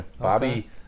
Bobby